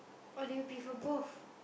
or do you prefer both